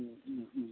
മ്ഹ് മ്ഹ്